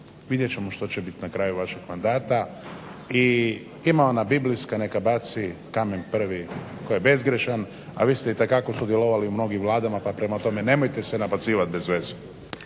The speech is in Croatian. vidjet ćemo što će bit na kraju vašeg mandata i ima ona biblijska, neka baci kamen prvi tko je bezgrešan, a vi ste itekako sudjelovali u mnogim vladama pa prema tome nemojte se nabacivat bezveze.